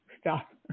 stop